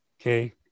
Okay